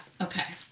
okay